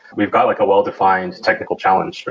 we've got like a well-defined technical challenge,